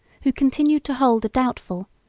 who continued to hold a doubtful,